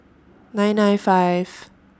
nine nine five